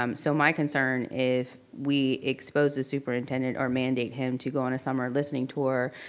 um so my concern if we expose the superintendent or mandate him to go on a summer listening tour,